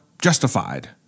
justified